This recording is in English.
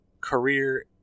career